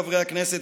חברי הכנסת,